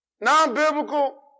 non-biblical